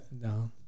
No